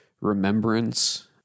remembrance